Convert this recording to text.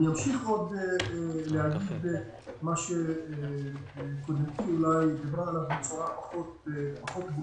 אני אמשיך את מה שהדוברת שלפניי דיברה עליו בצורה פחות ברורה.